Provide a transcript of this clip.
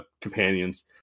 companions